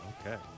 Okay